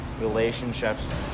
relationships